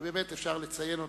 שבאמת אפשר לציין אותו,